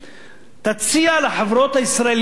תציע לחברות הישראליות,